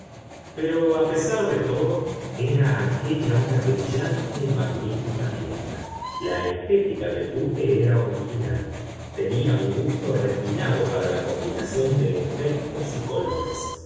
pero a pesar de todo era aquélla una brillante y magnífica fiesta la estética del duque era original tenía un gusto refinado para la combinación de efectos y colores